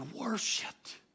worshipped